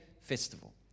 festival